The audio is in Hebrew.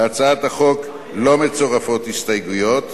להצעת החוק לא מצורפות הסתייגויות,